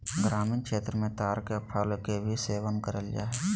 ग्रामीण क्षेत्र मे ताड़ के फल के भी सेवन करल जा हय